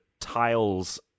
tiles